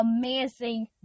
amazing